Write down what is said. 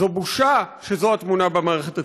זו בושה שזו התמונה במערכת הציבורית.